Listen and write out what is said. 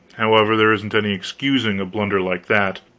however, there isn't any excusing a blunder like that,